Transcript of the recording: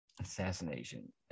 assassination